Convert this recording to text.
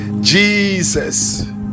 Jesus